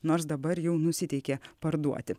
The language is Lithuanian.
nors dabar jau nusiteikė parduoti